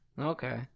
Okay